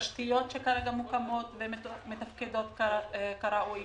תשתיות שכרגע מוקמות ומתפקדות כראוי.